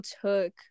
took